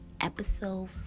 Episode